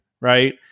right